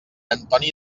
antoni